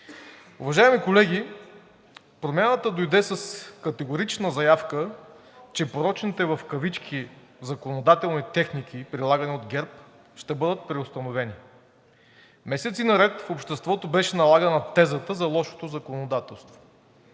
Уважаеми колеги, промяната дойде с категорична заявка, че порочните в кавички законодателни техники, прилагани от ГЕРБ, ще бъдат преустановени. Месеци наред в обществото беше налагана тезата за лошото законодателство